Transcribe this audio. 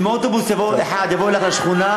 אם אוטובוס אחד יבוא אלייך לשכונה,